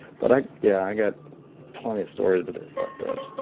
but, i, yeah. i got plenty of stories, but they're fucked up. so